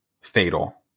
fatal